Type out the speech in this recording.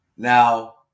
Now